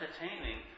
entertaining